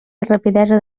rapidesa